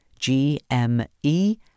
gme